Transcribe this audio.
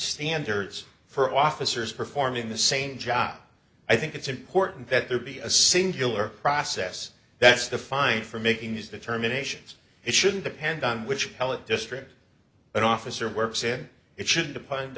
standards for officers performing the same job i think it's important that there be a singular process that's the fine for making these determinations it shouldn't depend on which hell it district an officer works in it should depend